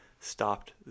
stopped